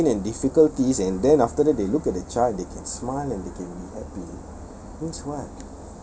with so much of pain and difficulties and then after that they look at the child they can smile and they can be happy